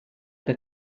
que